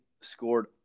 scored